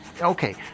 Okay